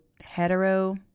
hetero